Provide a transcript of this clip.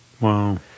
Wow